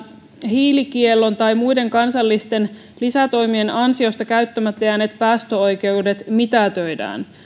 hiilikiellon tai muiden kansallisten lisätoimien ansiosta käyttämättä jääneet päästöoikeudet mitätöidään